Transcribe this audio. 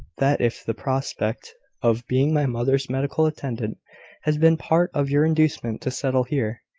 that if the prospect of being my mother's medical attendant has been part of your inducement to settle here,